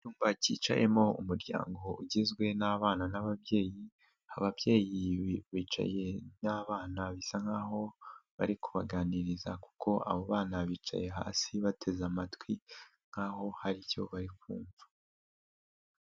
Icyumba cyicayemo umuryango ugizwe n'abana n'ababyeyi, ababyeyi bicaye n'abana bisa nkaho bari kubaganiriza kuko abo bana bicaye hasi bateze amatwi nkaho hari icyo bari kumva.